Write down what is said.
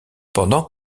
pendant